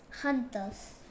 hunters